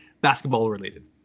basketball-related